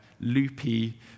loopy